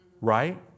Right